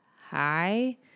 hi